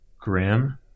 grim